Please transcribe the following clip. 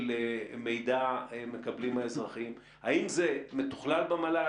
מידע מקבלים האזרחים האם זה מתוכלל במל"ל?